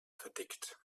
verdickt